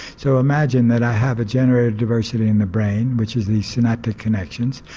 so imagine that i have a generated diversity in the brain which is the synaptic connections.